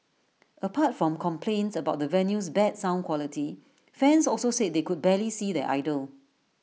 apart from complaints about the venue's bad sound quality fans also said they could barely see their idol